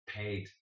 paid